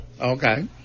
Okay